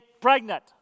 pregnant